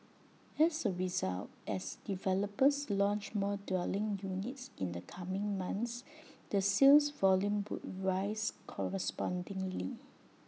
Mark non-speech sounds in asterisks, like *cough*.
as A result as developers launch more dwelling units in the coming months *noise* the sales volume would rise correspondingly